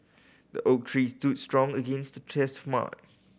the oak tree stood strong against the